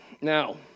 Now